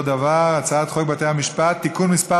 הצעת חוק בתי המשפט (תיקון מס'